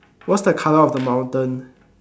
what's the color of the mountain